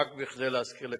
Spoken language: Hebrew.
רק כדי להזכיר לכולנו,